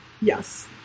Yes